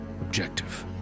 objective